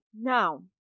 Now